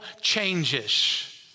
changes